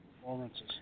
performances